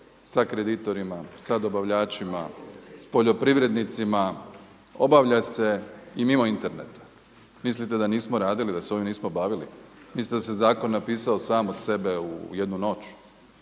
sa kreditorima, sa dobavljačima, s poljoprivrednicima obavlja se i mimo interneta. Mislite da nismo radili da se ovim nismo bavili, mislite da se zakon napisao sam od sebe u jednu noć?